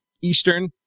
Eastern